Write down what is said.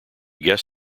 guest